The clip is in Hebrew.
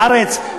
בארץ,